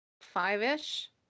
five-ish